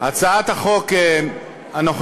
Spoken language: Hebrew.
הצעת החוק הנוכחית